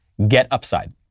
GetUpside